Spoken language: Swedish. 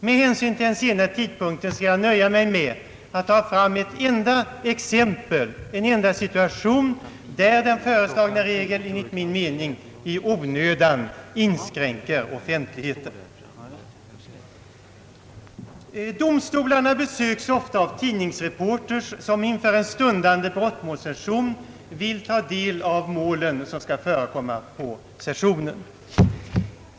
Med hänsyn till den sena timmen skall jag nöja mig med att omnämna en enda situation där den föreslagna regeln enligt min mening i onödan inskränker offentligheten. Domstolarna besöks ofta av tidningsreporters som inför en brottmålssession vill ta del av förekommande brottmålshandlingar.